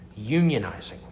unionizing